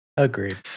Agreed